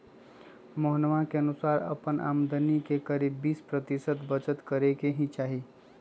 मोहना के अनुसार अपन आमदनी के करीब बीस प्रतिशत बचत करे के ही चाहि